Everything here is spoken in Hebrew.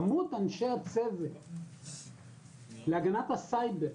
כמות אנשי הצוות להגנת הסייבר,